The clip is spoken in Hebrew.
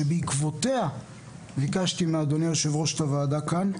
שבעקבותיה ביקשתי מאדוני היו"ר את הוועדה כאן,